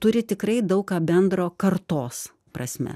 turi tikrai daug ką bendro kartos prasme